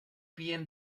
bien